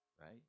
right